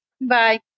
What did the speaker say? Bye